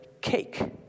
cake